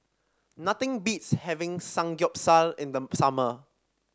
nothing beats having Samgyeopsal in them summer